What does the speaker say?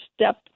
step